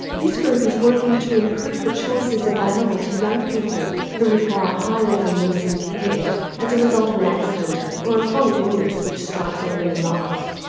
this group is working towards improving the choices available to young people who require high level nursing care as a result of an accident or a chronic illness which strikes early in life.